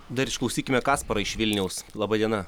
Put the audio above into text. dar išklausykime kasparo iš vilniaus laba diena